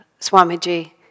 Swamiji